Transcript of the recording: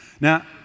Now